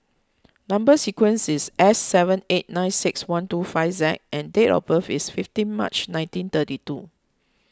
Number Sequence is S seven eight nine six one two five Z and date of birth is fifteen March nineteen thirty two